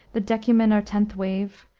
the decuman or tenth wave,